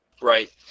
Right